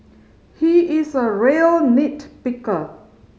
he is a real nit picker